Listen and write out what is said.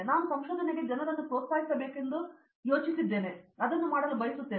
ನಾನು ಸಂಶೋಧನೆಗೆ ಜನರನ್ನು ಪ್ರೋತ್ಸಾಹಿಸಬೇಕೆಂದು ನಾನು ಯೋಚಿಸಿದ್ದೆನೆಂದರೆ ಅದು ನಾನು ಮಾಡಲು ಬಯಸಿದೆ